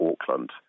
Auckland